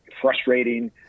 frustrating